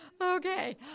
Okay